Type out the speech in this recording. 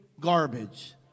garbage